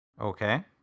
Okay